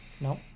nope